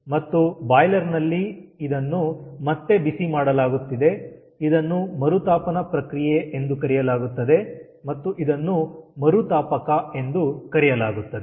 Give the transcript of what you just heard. ಮತ್ತು ಬಾಯ್ಲರ್ ನಲ್ಲಿ ಇದನ್ನು ಮತ್ತೆ ಬಿಸಿ ಮಾಡಲಾಗುತ್ತಿದೆ ಇದನ್ನು ಮರುತಾಪನ ಪ್ರಕ್ರಿಯೆ ಎಂದು ಕರೆಯಲಾಗುತ್ತದೆ ಮತ್ತು ಇದನ್ನು ಮರುತಾಪಕ ಎಂದು ಕರೆಯಲಾಗುತ್ತದೆ